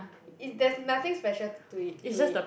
is there's nothing special to it to it